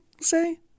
say